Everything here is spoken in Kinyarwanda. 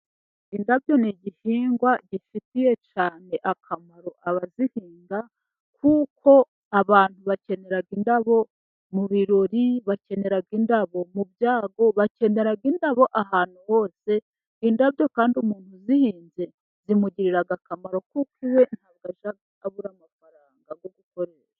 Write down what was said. Indabyo ni igihingwa gifitiye cyane akamaro ku abazihinga, kuko abantu bakenera indabo mu birori, bakenera indabo mu byago, bakenera indabo ahantu hose, indabyo kandi umuntu uzihinze zimugirira akamaro, kuko iwe atajya abura amafaranga yo gukoresha.